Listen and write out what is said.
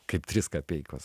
kaip trys kapeikos